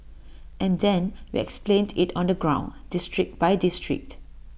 and then we explained IT on the ground district by district